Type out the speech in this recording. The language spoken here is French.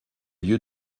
lieux